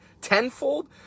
tenfold